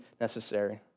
necessary